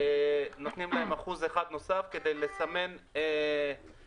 נותנים להם אחוז אחד נוסף כדי לסמן תמונת